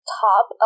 top